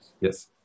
Yes